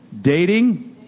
dating